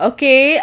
Okay